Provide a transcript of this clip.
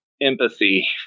empathy